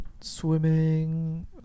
swimming